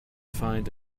find